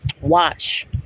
watch